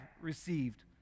received